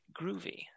groovy